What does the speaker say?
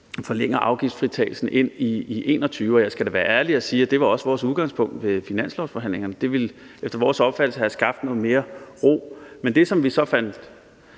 forlænger afgiftsfritagelsen ind i 2021, og jeg skal da være ærlig og sige, at det også var vores udgangspunkt ved finanslovsforhandlingerne. Det ville efter vores opfattelse have skabt noget mere ro. Men det, som vi så fandt